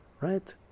right